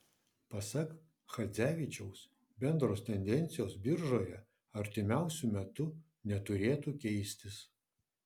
pasak chadzevičiaus bendros tendencijos biržoje artimiausiu metu neturėtų keistis